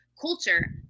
culture